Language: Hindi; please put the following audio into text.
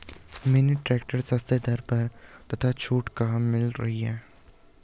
मिनी ट्रैक्टर सस्ते दर पर तथा छूट कहाँ मिल रही है?